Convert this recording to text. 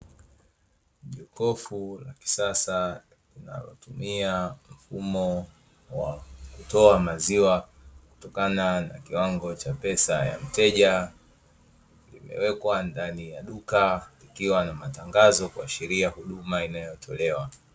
Jokofu la kisasa linalotumia mfumo wa kutoa maziwa kutokana na kiwango cha pesa ya mteja, limewekwa ndani ya duka, likiwa na matangazo kuashiria huduma inayotolewa.